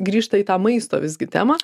grįžta į tą maisto visgi temą